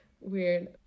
weird